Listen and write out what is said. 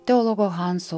teologo hanso